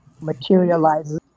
materializes